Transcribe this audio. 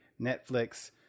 Netflix